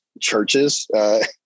churches